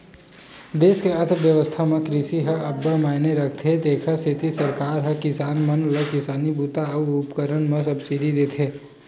देस के अर्थबेवस्था म कृषि ह अब्बड़ मायने राखथे तेखर सेती सरकार ह किसान मन ल किसानी बूता अउ उपकरन म सब्सिडी देथे